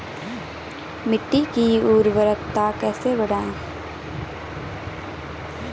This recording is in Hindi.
मिट्टी की उर्वरकता कैसे बढ़ायें?